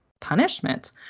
punishment